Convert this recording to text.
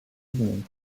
evening